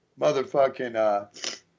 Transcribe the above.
motherfucking